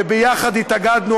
שיחד התאגדנו,